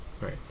Right